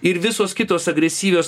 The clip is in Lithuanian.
ir visos kitos agresyvios